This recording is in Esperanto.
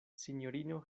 sinjorino